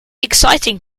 exciting